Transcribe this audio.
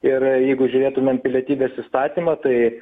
ir jeigu žiūrėtumėm pilietybės įstatymą tai